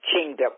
kingdom